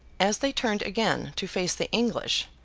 as they turned again to face the english,